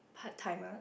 part timer